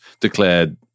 declared